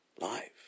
life